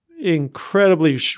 incredibly